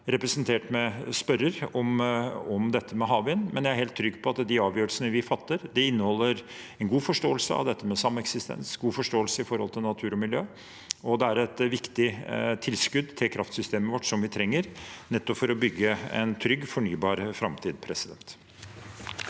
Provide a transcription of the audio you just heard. representert ved spørreren, men jeg er helt trygg på at de avgjørelsene vi fatter, inneholder en god forståelse av sameksistens, en god forståelse i forhold til natur og miljø. Dette er et viktig tilskudd til kraftsystemet vårt som vi trenger for å bygge en trygg, fornybar framtid.